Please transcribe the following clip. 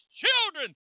children